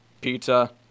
pizza